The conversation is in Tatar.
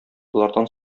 болардан